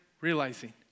realizing